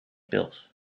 pils